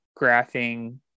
graphing